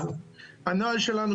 אז הנוהל שלנו,